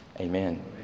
amen